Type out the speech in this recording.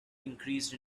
increased